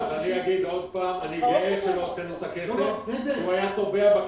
אני אגיד עוד פעם שאני גאה שלא הוצאנו את הכסף כי הוא היה טובע.